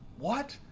what?